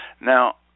Now